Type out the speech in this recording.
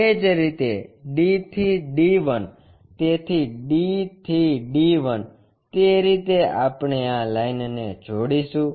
એ જ રીતે D થી D 1 તેથી D થી D 1 તે રીતે આપણે આ લાઇનને જોડિશું